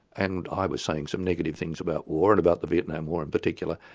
and i was saying some negative things about war, and about the vietnam war in particular,